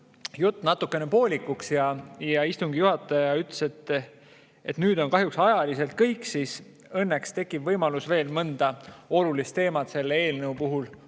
jutt natukene poolikuks ja istungi juhataja ütles, et kahjuks on ajaliselt kõik, aga nüüd õnneks tekib võimalus veel mõnda olulist teemat selle eelnõu puhul